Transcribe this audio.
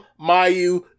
Mayu